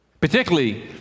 particularly